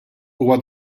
huwa